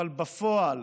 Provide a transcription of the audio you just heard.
אבל בפועל,